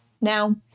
Now